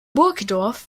burgdorf